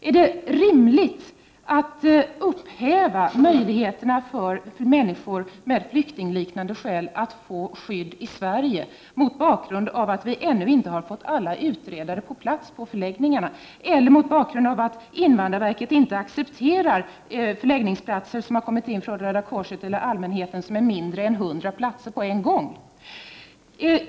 Är det rimligt att upphäva möjligheterna för människor med flyktingliknande skäl att få skydd i Sverige, mot bakgrund av att vi ännu inte har fått alla utredare på plats till förläggningarna eller mot bakgrund av att invandrarverket inte accepterar de förläggningsplatser som erbjudits av Röda korset eller allmänheten och som innebär mindre än 100 platser på en gång?